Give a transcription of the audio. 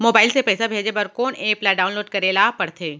Mobile से पइसा भेजे बर कोन एप ल डाऊनलोड करे ला पड़थे?